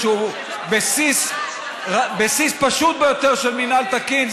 שהוא בסיס פשוט ביותר של מינהל תקין,